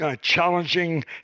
challenging